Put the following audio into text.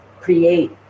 create